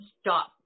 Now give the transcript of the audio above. stop